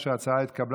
עידן רול.